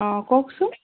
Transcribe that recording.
অঁ কওকচোন